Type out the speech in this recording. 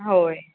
होय